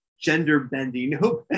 gender-bending